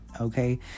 okay